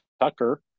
Tucker